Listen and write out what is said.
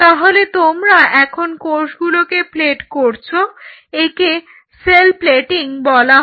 তাহলে তোমরা এখন কোষগুলোকে প্লেট করছো একে সেল প্লেটিং বলা হয়